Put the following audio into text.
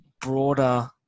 broader